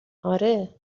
آره